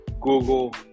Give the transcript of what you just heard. Google